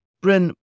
Bryn